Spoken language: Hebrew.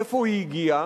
מאיפה היא הגיעה.